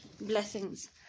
blessings